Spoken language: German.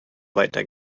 weiter